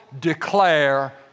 declare